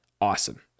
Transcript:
awesome